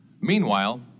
Meanwhile